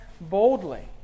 boldly